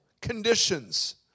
conditions